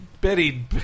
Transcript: Betty